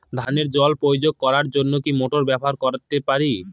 ধানে জল প্রয়োগ করার জন্য কি মোটর ব্যবহার করতে পারি?